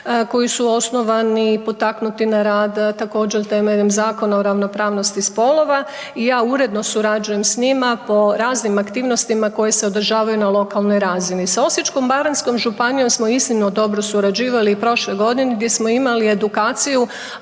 koju su osnivani, potaknuti na rad također temeljem Zakona o ravnopravnosti spolova i ja uredno surađujem s njima po raznim aktivnostima koje se održavaju na lokalnoj razini. S Osječko-baranjskom županijom smo iznimno dobro surađivali i prošle godine gdje smo imali edukaciju